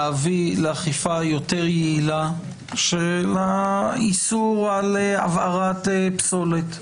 להביא לאכיפה יותר יעילה של האיסור על הבערת פסולת.